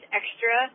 extra